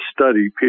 study